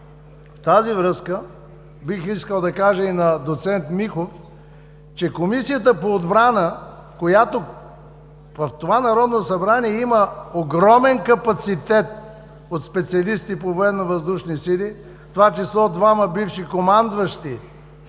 тази връзка, бих искал да кажа и на доц. Михов, че Комисията по отбрана, която в това Народно събрание има огромен капацитет от специалисти по военновъздушни сили, в това число и двама бивши командващи